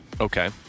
Okay